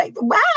wow